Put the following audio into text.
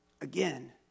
Again